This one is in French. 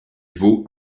vaut